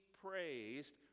praised